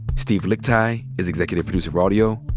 steve lickteig is executive producer of audio.